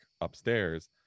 upstairs